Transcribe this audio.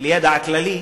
לידע כללי,